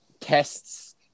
tests